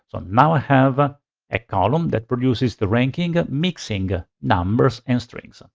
so now i have a column that produces the ranking, mixing ah numbers and strings.